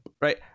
right